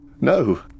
No